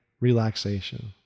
relaxation